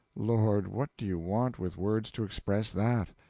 lord, what do you want with words to express that?